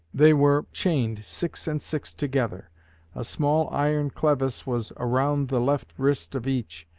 they were chained six and six together a small iron clevis was around the left wrist of each,